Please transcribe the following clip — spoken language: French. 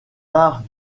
arts